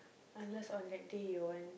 unless on that day you'll want